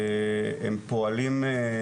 הם פועלים,